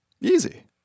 Easy